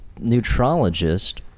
neutrologist